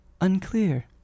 Unclear